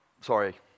Sorry